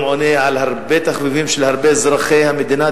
ואומנם הוא היום עונה על הרבה תחביבים של הרבה אזרחי המדינה,